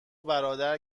برادر